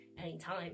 anytime